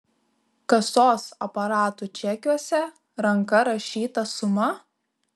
kasos aparatų čekiuose ranka rašyta suma